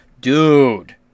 dude